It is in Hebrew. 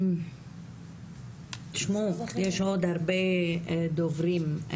יש עוד הרבה דוברים.